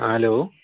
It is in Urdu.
ہاں ہیلو